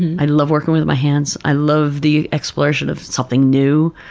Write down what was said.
and i love working with my hands. i love the exploration of something new,